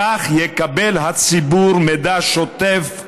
כך יקבל הציבור מידע שוטף,